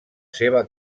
seva